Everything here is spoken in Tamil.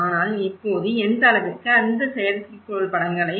ஆனால் இப்போது எந்த அளவிற்கு அந்த செயற்கைக்கோள் படங்களை B